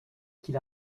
qu’il